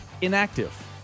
inactive